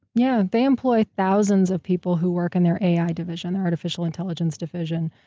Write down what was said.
yeah, they employ thousands of people who work in their ai division, their artificial intelligence division,